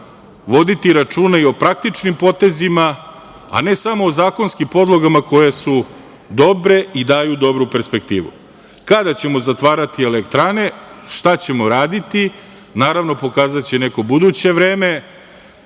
voditi računa i o praktičnim potezima, a ne samo o zakonskim podlogama koje su dobre i daju dobru perspektivu. Kada ćemo zatvarati elektrane, šta ćemo raditi, naravno, pokazaće neko buduće vreme.